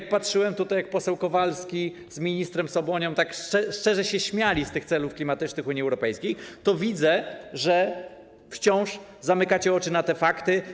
Gdy patrzyłem tutaj, jak poseł Kowalski z ministrem Soboniem tak szczerze śmiali się z celów klimatycznych Unii Europejskiej, to widzę, że wciąż zamykacie oczy na te fakty.